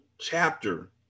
chapter